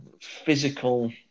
physical